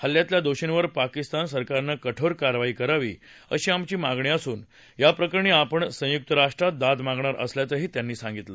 हल्ल्यातल्या दोषींवर पाकिस्तान सरकारनं कठोर कारवाई करावी अशी आमची मागणी असून या प्रकरणी आपण संयुक्त राष्ट्रांत दाद मागणार असल्याचंही त्यांनी सांगितलं